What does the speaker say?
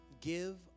Give